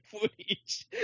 footage